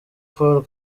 paul